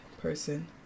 person